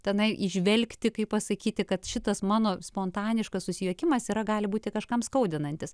tenai įžvelgti kaip pasakyti kad šitas mano spontaniškas susijuokimas yra gali būti kažkam skaudinantis